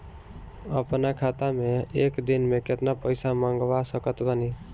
अपना खाता मे एक दिन मे केतना पईसा मँगवा सकत बानी?